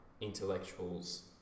intellectuals